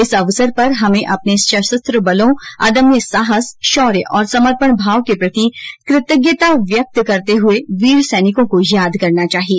इस अवसर पर हमें अपने सशस्त्र बलों के अदम्य साहस शौर्य और समर्पण भाव के प्रति कृतज्ञता व्यक्त करते हुए वीर सैनिकों को याद करना चाहिए